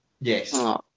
yes